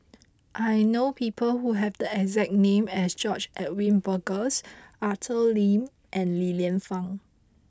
I know people who have the exact name as George Edwin Bogaars Arthur Lim and Li Lienfung